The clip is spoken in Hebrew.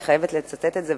אני חייבת לצטט את זה,